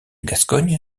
gascogne